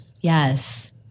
Yes